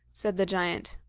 said the giant.